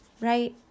right